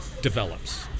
develops